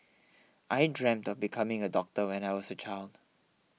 I dreamt of becoming a doctor when I was a child